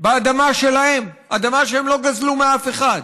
באדמה שלהם, אדמה שהם לא גזלו מאף אחד?